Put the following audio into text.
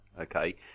Okay